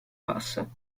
basso